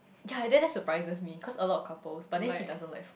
ya then that surprises me cause a lot of couples but then he doesn't like food